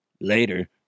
later